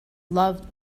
loved